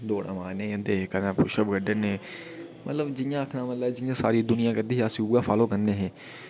कदें push up कड्ढने मतलब जियां आखने दा मतलब जियां सारी दुनियां कढदी अस उ'ऐ फॉलो करदे हे